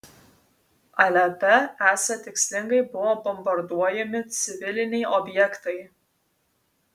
alepe esą tikslingai buvo bombarduojami civiliniai objektai